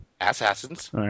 Assassins